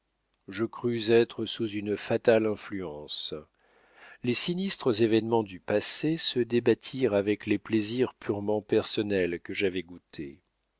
je crus être sous une fatale influence les sinistres événements du passé se débattirent avec les plaisirs purement personnels que j'avais goûtés